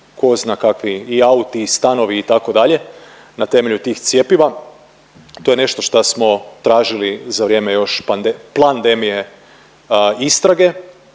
tko zna kakvi i auti i stanovi, itd., na temelju tih cjepiva, to je nešto što smo tražili za vrijeme još .../nerazumljivo/...